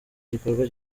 igikorwa